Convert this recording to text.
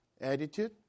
attitude